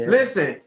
Listen